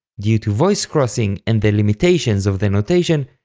due to voice crossing and the limitations of the notation,